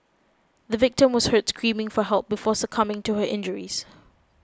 the victim was heard screaming for help before succumbing to her injuries